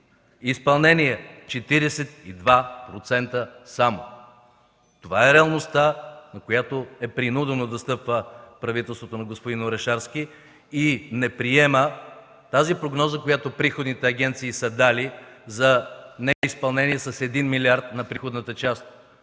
изпълнение 42% само. Това е реалността, на която е принудено да стъпва правителството на господин Орешарски, и не приема прогнозата, която приходните агенции са дали за неизпълнение с 1 милиард на приходната част,